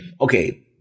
okay